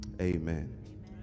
Amen